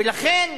ולכן,